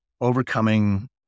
overcoming